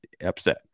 upset